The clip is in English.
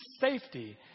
safety